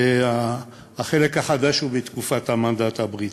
והחלק החדש הוא מתקופת המנדט הבריטי.